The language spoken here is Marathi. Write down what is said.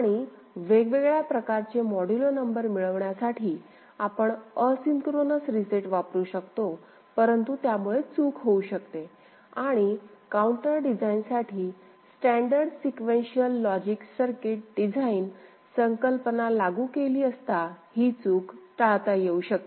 आणि वेगवेगळ्या प्रकारचे मॉड्यूलो नंबर मिळविण्यासाठी आपण असिन्क्रोनस रीसेट वापरू शकतो परंतु त्यामुळे चूक होऊ शकते आणि काउंटर डिझाइनसाठी standard sequential logic circuit design संकल्पना लागू केलीअसता ही चूक टाळता येऊ शकते